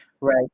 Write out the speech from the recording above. Right